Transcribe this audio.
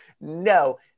No